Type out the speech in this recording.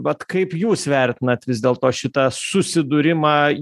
vat kaip jūs vertinat vis dėl to šitą susidūrimą